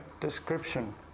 description